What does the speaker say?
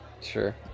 Sure